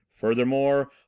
Furthermore